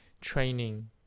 training